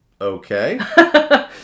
Okay